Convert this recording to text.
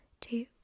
Two